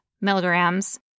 milligrams